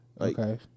Okay